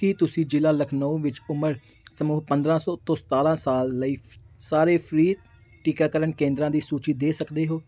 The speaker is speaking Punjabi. ਕੀ ਤੁਸੀਂ ਜ਼ਿਲ੍ਹਾ ਲਖਨਊ ਵਿੱਚ ਉਮਰ ਸਮੂਹ ਪੰਦਰਾਂ ਸੌ ਤੋਂ ਸਤਾਰਾ ਸਾਲ ਲਈ ਸਾਰੇ ਫ੍ਰੀ ਟੀਕਾਕਰਨ ਕੇਂਦਰਾਂ ਦੀ ਸੂਚੀ ਦੇ ਸਕਦੇ ਹੋ